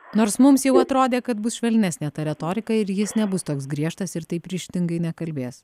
nors mums jau atrodė kad bus švelnesnė ta retorika ir jis nebus toks griežtas ir taip ryžtingai nekalbės